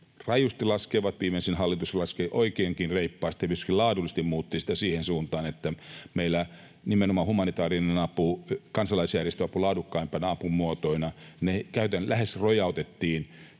rajusti laskevat. Viimeisin hallitus laski oikeinkin reippaasti ja myöskin laadullisesti muutti sitä siihen suuntaan, että meillä nimenomaan humanitaarinen apu ja kansalaisjärjestöapu laadukkaimpina apumuotoina lähes rojautettiin